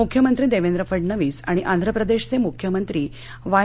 मुख्यमंत्री दक्के फडणवीस आणि आंध्रप्रदक्कमुख्यमंत्री वाय